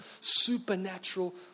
supernatural